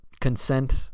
consent